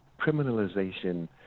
criminalization